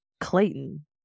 Clayton